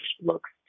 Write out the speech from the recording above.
looks